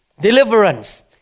deliverance